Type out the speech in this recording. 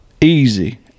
Easy